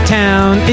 town